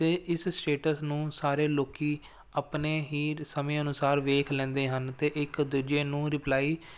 ਅਤੇ ਇਸ ਸਟੇਟਸ ਨੂੰ ਸਾਰੇ ਲੋਕੀ ਆਪਣੇ ਹੀ ਸਮੇ ਅਨੁਸਾਰ ਵੇਖ ਲੈਂਦੇ ਹਨ ਅਤੇ ਇੱਕ ਦੂਜੇ ਨੂੰ ਰਿਪਲਾਈ